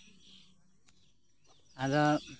ᱟᱫᱚ